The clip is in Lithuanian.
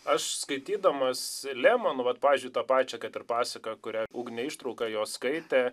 aš skaitydamas lemą nu vat pavyzdžiui tą pačią kad ir pasaką kurią ugnė ištrauką jos skaitė